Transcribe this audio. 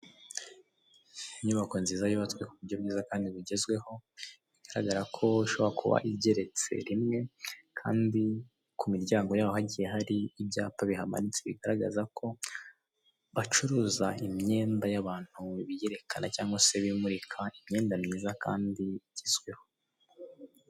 Inyubako nziza yubatswe ku buryo bwiza kandi bugezweho, bigaragara ko ishobora kuba igeretse rimwe kandi ku miryango yaho hari ibyapa bihamanitse bigaragaza ko bacuruza imyenda y'abantu, biyerekana cyangwa se bimurika imyenda myiza kandi igezweho.